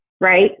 right